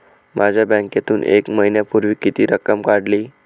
माझ्या खात्यातून एक महिन्यापूर्वी किती रक्कम काढली?